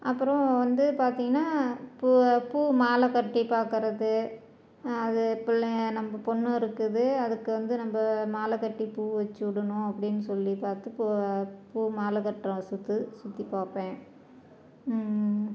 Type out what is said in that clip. அப்புறம் வந்து பார்த்திங்கன்னா பூ பூ மாலைக்கட்டி பார்க்கறது அது புள்ளை நம்ம பொண்ணு இருக்குது அதுக்கு வந்து நம்ம மாலைக்கட்டி பூ வச்சு விடணும் அப்படின்னு சொல்லி பார்த்து பூ பூ மாலைக்கட்றோம் சுத்து சுத்திப்பார்ப்பேன்